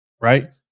right